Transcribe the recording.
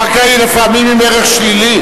הקרקע היא לפעמים עם ערך שלילי.